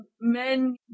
men